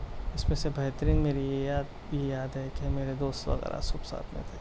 جس میں سے بہترین میری یہ یاد یاد ہے کہ میرے دوست وغیرہ سب ساتھ میں تھے